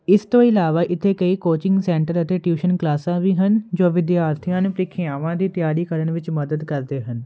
ਇਸ ਤੋਂ ਇਲਾਵਾ ਇੱਥੇ ਕਈ ਕੋਚਿੰਗ ਸੈਂਟਰ ਅਤੇ ਟਿਊਸ਼ਨ ਕਲਾਸਾਂ ਵੀ ਹਨ ਜੋ ਵਿਦਿਆਰਥੀਆਂ ਨੂੰ ਪ੍ਰੀਖਿਆਵਾਂ ਦੀ ਤਿਆਰੀ ਕਰਨ ਵਿੱਚ ਮਦਦ ਕਰਦੇ ਹਨ